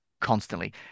constantly